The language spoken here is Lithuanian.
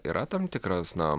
yra tam tikras na